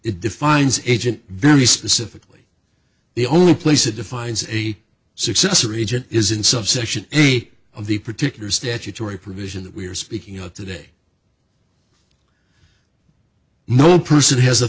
it defines agent very specifically the only place that defines a successor agent is in subsection any of the particular statutory provision that we are speaking out today no person has